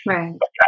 Right